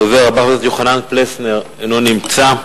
הדובר הבא, חבר הכנסת יוחנן פלסנר, אינו נמצא.